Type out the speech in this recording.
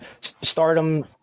Stardom